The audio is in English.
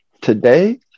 Today